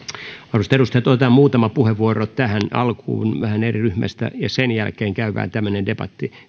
arvoisat edustajat otetaan muutama puheenvuoro tähän alkuun vähän eri ryhmistä ja sen jälkeen käydään debatti